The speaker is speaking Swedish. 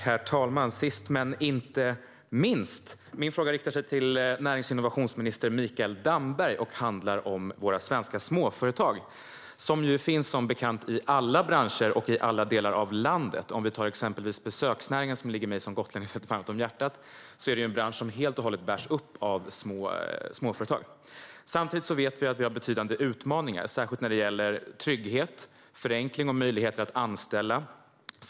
Herr talman! Min fråga riktar sig till närings och innovationsminister Mikael Damberg, och den handlar om våra svenska småföretag. De finns, som bekant, i alla branscher och i alla delar av landet. Jag kan exempelvis nämna besöksnäringen. Den ligger mig, som gotlänning, varmt om hjärtat. Det är en bransch som helt och hållet bärs upp av småföretag. Samtidigt vet vi att vi har betydande utmaningar, särskilt när det gäller trygghet, förenkling och möjligheter att anställa.